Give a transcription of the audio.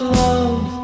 love